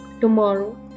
tomorrow